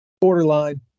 borderline